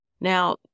Now